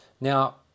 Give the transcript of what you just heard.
Now